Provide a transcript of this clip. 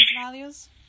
values